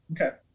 Okay